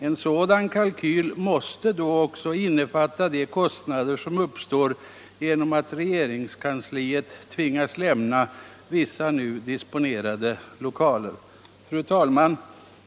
En sådan kalkyl måste då också innefatta de kostnader som uppstår genom att regeringskansliet tvingas lämna vissa nu disponerade lokaler. i Fru talman!